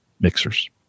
mixers